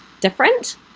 different